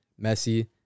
Messi